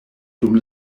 dum